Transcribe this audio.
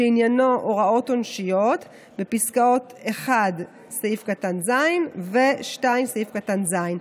שעניינו הוראות עונשיות בפסקאות (1)(ז) ו-(2)(ז).